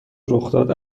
رخداد